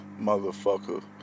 motherfucker